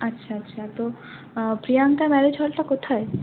আচ্ছা আচ্ছা তো প্রিয়ঙ্কা ম্যারেজ হলটা কোথায়